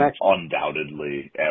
undoubtedly